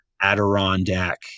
Adirondack